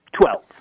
Twelve